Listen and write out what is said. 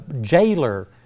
jailer